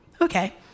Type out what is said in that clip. okay